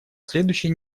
следующей